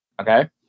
Okay